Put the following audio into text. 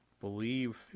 believe